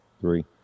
Three